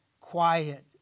quiet